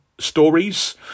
stories